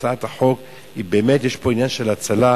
בהצעת החוק יש עניין של הצלה,